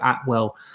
Atwell